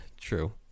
True